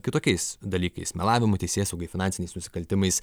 kitokiais dalykais melavimu teisėsaugai finansiniais nusikaltimais